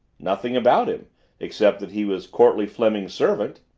nothing about him except that he was courtleigh fleming's servant.